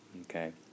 Okay